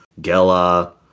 Gela